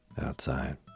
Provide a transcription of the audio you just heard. outside